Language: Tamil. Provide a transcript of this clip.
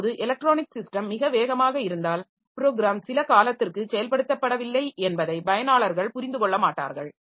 இப்போது எலக்ட்ரானிக் சிஸ்டம் மிக வேகமாக இருந்தால் ப்ரோகிராம் சில காலத்திற்கு செயல்படுத்தப்படவில்லை என்பதை பயனாளர்கள் புரிந்து கொள்ள மாட்டார்கள்